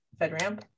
FedRAMP